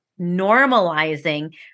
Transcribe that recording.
normalizing